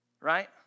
right